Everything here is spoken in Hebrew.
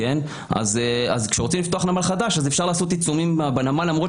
אז כשרוצים לפתוח נמל חדש אפשר לעשות עיצומים בנמל למרות